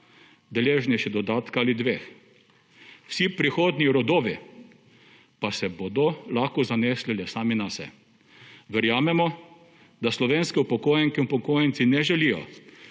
deležni še dodatka ali dveh. Vsi prihodni rodovi pa se bodo lahko zanesli le sami nase. Verjamemo, da slovenski upokojenke in upokojenci ne želijo